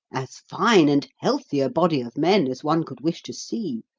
as fine and healthy a body of men as one could wish to see,